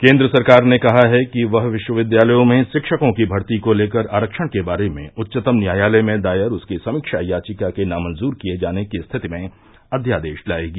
केन्द्र सरकार ने कहा है कि वह विश्वविद्यालयों में शिक्षकों की भर्ती को लेकर आरक्षण के बारे में उच्चतम न्यायालय में दायर उसकी समीक्षा याचिका के नामंजूर किये जाने की स्थिति में अध्यादेश लाएगी